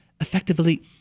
effectively